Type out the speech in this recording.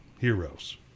heroes